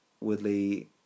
Woodley